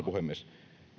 puhemies